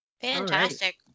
fantastic